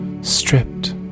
stripped